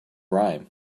rhyme